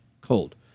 cold